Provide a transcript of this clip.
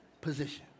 position